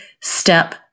step